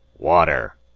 water!